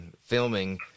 filming